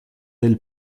dell